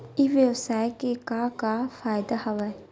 ई व्यवसाय के का का फ़ायदा हवय?